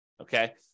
okay